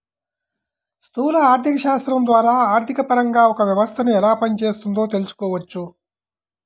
స్థూల ఆర్థికశాస్త్రం ద్వారా ఆర్థికపరంగా ఒక వ్యవస్థను ఎలా పనిచేస్తోందో తెలుసుకోవచ్చు